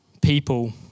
people